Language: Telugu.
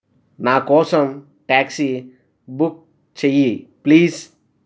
నా కోసం ట్యాక్సీ బుక్ చేయి ప్లీజ్